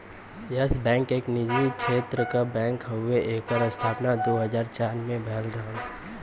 yes bank एक निजी क्षेत्र क बैंक हउवे एकर स्थापना दू हज़ार चार में भयल रहल